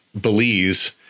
Belize